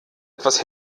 etwas